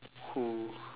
who